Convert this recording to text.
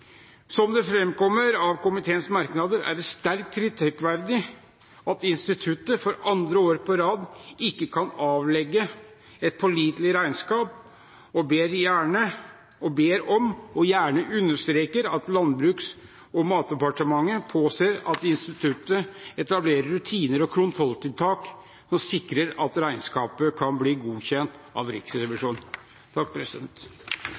Som det framkommer av komiteens merknader, er det sterkt kritikkverdig at instituttet for andre år på rad ikke kan avlegge et pålitelig regnskap, og komiteen ber om – og understreker – at Landbruks- og matdepartementet påser at instituttet etablerer rutiner og kontrolltiltak som sikrer at regnskapet kan bli godkjent av